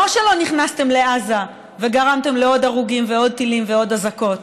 לא שלא נכנסתם לעזה וגרמתם לעוד הרוגים ועוד טילים ועוד אזעקות,